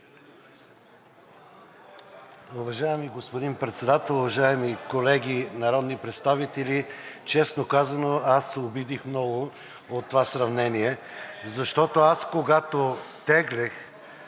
Уважаеми господин Председател, уважаеми колеги народни представители! Честно казано, се обидих много от това сравнение. Защото, когато теглех